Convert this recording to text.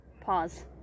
Pause